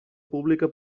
pública